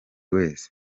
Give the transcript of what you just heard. wese